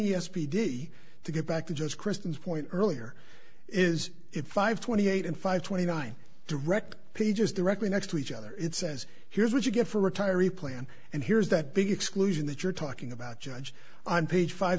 p d to get back to just kristen's point earlier is it five twenty eight and five twenty nine direct pages directly next to each other it says here's what you get for retiree plan and here's that big exclusion that you're talking about judge on page five